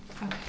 Okay